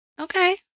Okay